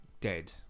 dead